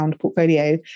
portfolio